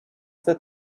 that